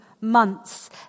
months